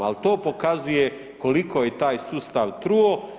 Ali to pokazuje koliko je taj sustav truo.